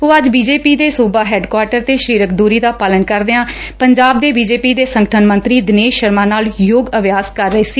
ਉਹ ਅੱਜ B J P ਦੇ ਸੂਬਾ ਹੈਡਕੁਆਟਰ ਤੇ ਸ਼ਰੀਰਕ ਦੂਰੀ ਦਾ ਪਾਲਣ ਕਰਦਿਆਂ ਪੰਜਾਬ ਦੇ ਬੀ ਜੇ ਪੀ ਦੇ ਸੰਗਠਨ ਮੰਤਰੀ ਦਿਨੇਸ਼ ਸ਼ਰਮਾ ਨਾਲ ਯੋਗ ਅਭਿਆਸ ਕਰ ਰਹੇ ਸੀ